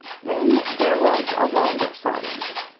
then there was a longer silence,